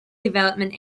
development